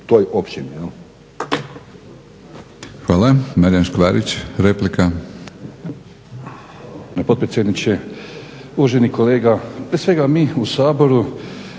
toj općini.